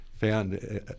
found